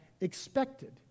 expected